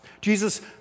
Jesus